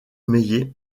maillet